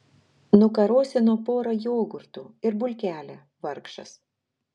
nukarosino pora jogurtų ir bulkelę vargšas